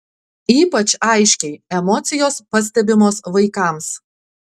ypač aiškiai emocijos pastebimos vaikams